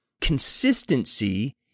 consistency